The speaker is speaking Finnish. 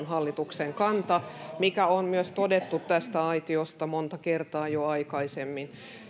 hallituksen kanta mikä on myös todettu tästä aitiosta monta kertaa jo aikaisemmin